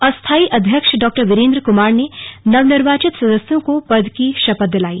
अस्थाई अध्यक्ष डॉ वीरेन्द्र कुमार ने नवनिर्वाचित सदस्यों को पद की शपथ दिलाई